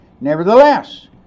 Nevertheless